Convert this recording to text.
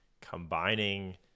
combining